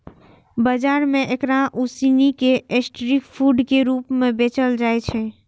बाजार मे एकरा उसिन कें स्ट्रीट फूड के रूप मे बेचल जाइ छै